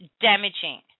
damaging